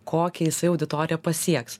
kokią jisai auditoriją pasieks